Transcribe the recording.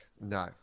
No